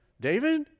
David